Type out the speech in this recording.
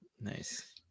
Nice